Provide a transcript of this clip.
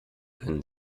können